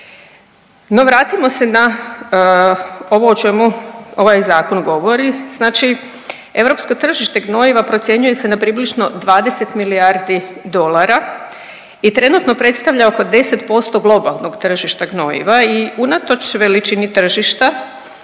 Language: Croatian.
No vratimo se na ovo o čemu ovaj zakon govori. Znači europsko tržište gnojiva procjenjuje se na približno 20 milijardi dolara i trenutno predstavlja oko 10% globalnog tržišta gnojiva i unatoč veličini tržišta